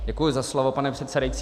Děkuji za slovo, pane předsedající.